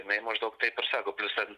jinai maždaug taip ir sako plius ten